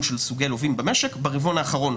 של סוגי לווים במשק ברבעון האחרון,